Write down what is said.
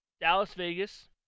Dallas-Vegas